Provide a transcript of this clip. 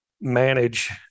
manage